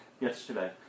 yesterday